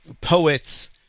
poets